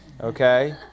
Okay